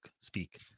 speak